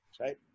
Right